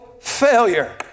failure